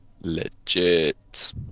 legit